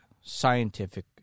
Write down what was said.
scientific